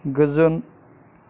गोजोन